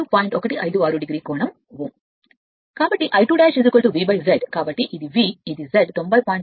కాబట్టి I2 V Z కాబట్టి ఇది V ఇది Z 90